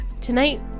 tonight